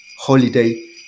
holiday